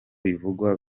bivugwa